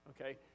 Okay